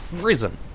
prison